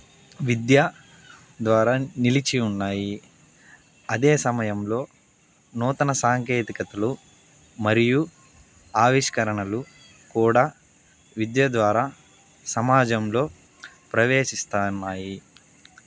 విద్య ద్వారా నిలిచి ఉన్నాయి అదే సమయంలో నూతన సాంకేతికతలు మరియు ఆవిష్కరణలు కూడా విద్య ద్వారా సమాజంలో ప్రవేశిస్తున్నాయి